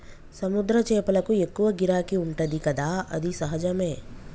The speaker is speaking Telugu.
సముద్ర చేపలకు ఎక్కువ గిరాకీ ఉంటది కదా అది సహజమే